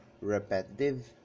repetitive